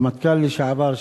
הרמטכ"ל לשעבר,